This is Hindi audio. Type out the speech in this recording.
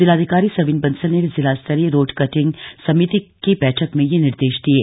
जिलाधिकारी सविन बंसल ने जिलास्तरीय रोड कटिंग समिति के बठक में यह निर्देश दिये